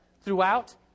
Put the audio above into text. throughout